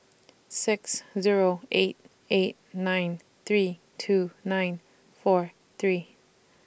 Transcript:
six Zero eight eight nine three two nine four three